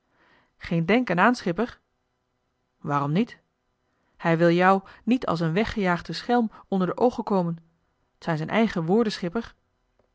geen denken aan schipper waarom niet hij wil joe niet als een weggejaagde schelm onder de oogen komen t zijn z'n eigen woorden schipper